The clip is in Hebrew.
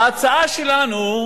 ההצעה שלנו,